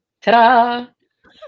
Ta-da